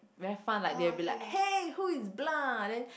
very fun like they'll be like hey who is blind then